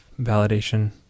validation